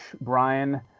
Brian